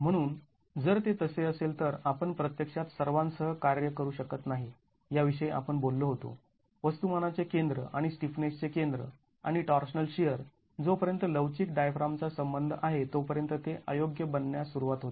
म्हणून जर ते तसे असेल तर आपण प्रत्यक्षात सर्वांसह कार्य करू शकत नाही याविषयी आपण बोललो होतो वस्तुमानाचे केंद्र आणि स्टिफनेसचे केंद्र आणि टॉर्शनल शिअर जोपर्यंत लवचिक डायफ्रामचा संबंध आहे तोपर्यंत ते अयोग्य बनण्यास सुरुवात होते